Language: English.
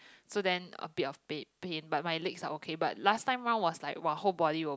so then a bit was back pains but my leg are okay but last time one was like !wah! whole body will